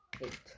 Eight